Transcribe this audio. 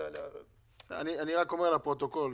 אני רק אומר לפרוטוקול,